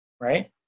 right